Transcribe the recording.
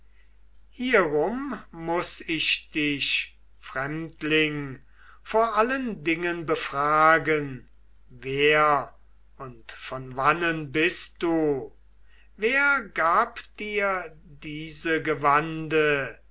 hierum muß ich dich fremdling vor allen dingen befragen wer und von wannen bist du wer gab dir diese gewande